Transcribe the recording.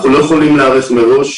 אנחנו לא יכולים להיערך מראש,